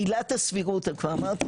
עילת הסבירות אני כבר אמרתי,